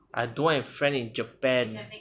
I don't have friend in japan